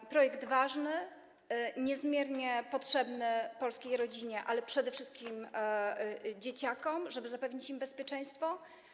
To projekt ważny, niezmiernie potrzebny polskiej rodzinie, ale przede wszystkim dzieciakom - żeby zapewnić im bezpieczeństwo.